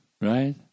right